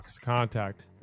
contact